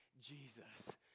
Jesus